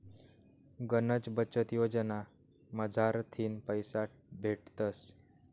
गनच बचत योजना मझारथीन पैसा भेटतस